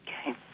Okay